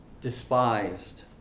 despised